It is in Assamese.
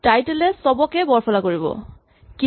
টাইটল এ চব শব্দকে বৰফলা কৰি দিব